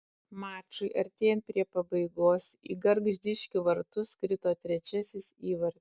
mačui artėjant prie pabaigos į gargždiškių vartus krito trečiasis įvartis